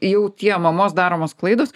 jau tie mamos daromos klaidos